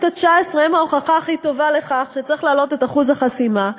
התשע-עשרה הן ההוכחה הכי טובה לכך שצריך להעלות את אחוז החסימה,